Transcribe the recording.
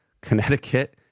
Connecticut